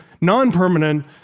non-permanent